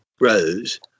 Rose